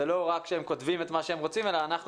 זה לא רק שהם כותבים את מה שהם רוצים אלא אנחנו